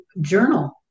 journal